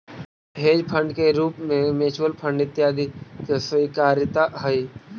hedge fund के रूप में म्यूच्यूअल फंड इत्यादि के स्वीकार्यता हई